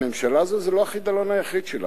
הממשלה הזאת, זה לא החידלון היחיד שלה.